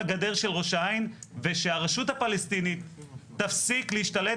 הגדר של ראש העין ושהרשות הפלסטינית תפסיק להשתלט